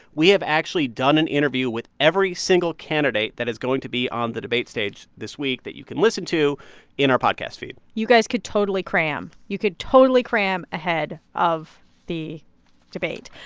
we have actually done an interview with every single candidate that is going to be on the debate stage this week that you can listen to in our podcast feed you guys could totally cram. you could totally cram ahead of the debate.